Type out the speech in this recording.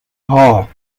hall